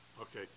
Okay